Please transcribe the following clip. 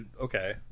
Okay